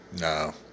No